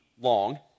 long